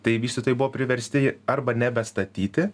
tai vystytojai buvo priversti arba nebestatyti